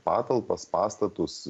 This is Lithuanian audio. patalpas pastatus